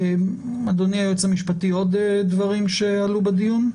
אדוני היועץ המשפטי, עוד דברים שעלו בדיון?